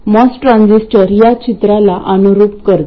MOS transistor या चित्राला अनुरुप करते